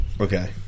Okay